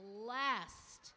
last